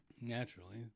Naturally